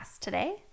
today